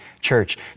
church